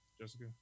Jessica